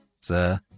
Sir